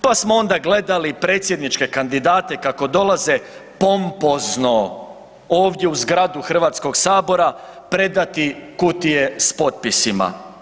Pa smo onda gledali predsjedničke kandidate kako dolaze pompozno ovdje u zgradu Hrvatskog sabora predati kutije s potpisima.